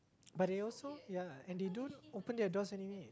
but they also ya and they don't open their doors anyway